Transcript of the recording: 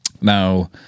Now